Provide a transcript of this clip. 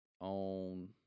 on